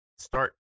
start